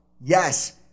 Yes